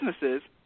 businesses